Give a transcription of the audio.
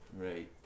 Right